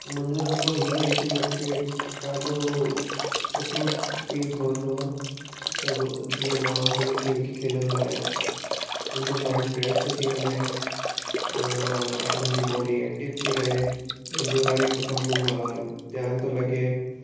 मुंहिंजो अनुभव हीउ आहे की मूंखे ॾाढो सुठो फ़ील ठहंदो आहे जब जीअं मां हुन खेल खे खेलंदो आहियां मुंहिंजो माइंड फ़्रेश थो थी वञे मां मुंहिंजी बॉडी एक्टिव थी रहे मुंहिंजो हर हिकु कम में ध्यानु थो लॻे